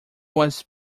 was